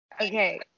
Okay